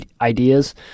ideas